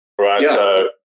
right